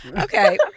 okay